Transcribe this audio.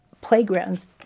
playgrounds